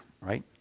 right